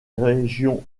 régions